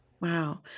Wow